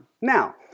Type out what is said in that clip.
Now